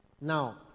Now